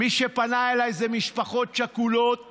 מי שפנו אליי הן משפחות שכולות